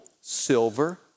silver